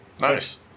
Nice